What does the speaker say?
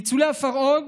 את ניצולי הפרהוד,